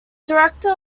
director